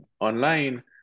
online